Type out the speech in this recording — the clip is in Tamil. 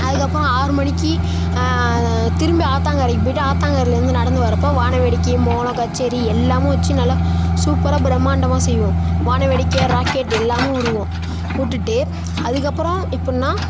அதுக்கப்புறம் ஆறு மணிக்கு திரும்பி ஆத்தங்கரைக்கு போயிவிட்டு ஆத்தங்கரையிலந்து நடந்து வரப்போ வானவேடிக்கை மேளம் கச்சேரி எல்லாமும் வச்சு நல்லா சூப்பராக பிரம்மாண்டமாக செய்வோம் வானவேடிக்கை ராக்கெட் எல்லாமும் விடுவோம் விட்டுட்டு அதுக்கப்புறோம் எப்புடின்னா